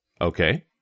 Okay